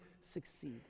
succeed